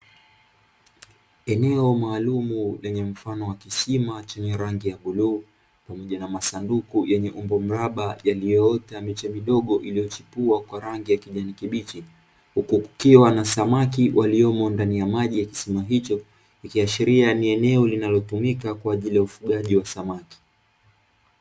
Eneo maalumu lenye mfano wa kisima chenye rangi ya bluu, pamoja na masanduku yenye umbo mraba yaliyoota miche midogo, iliyochipua kwa rangi ya kijani kibichi, huku kukiwa na samaki waliomo ndani ya maji ya kisima hicho, ikiashiria ni eneo linalotumika kwa ajili ya ufugaji wa samaki.